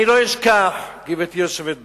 אני לא אשכח, גברתי היושבת בראש,